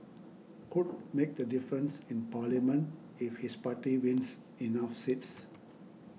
could make the difference in Parliament if his party wins enough seats